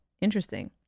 Interesting